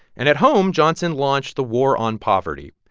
and at home, johnson launched the war on poverty.